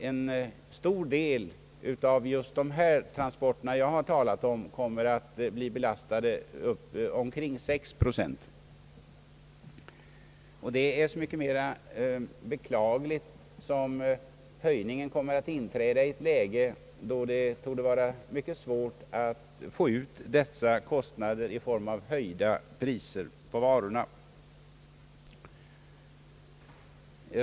En stor del av just de transporter jag här har talat om kommer att bli belastade av kostnadsökningar på omkring 6 procent. Det är så mycket mera beklagligt som höjningen kommer att inträda i ett läge då det torde vara mycket svårt att ta ut dessa kostnader i form av höjda priser på varorna.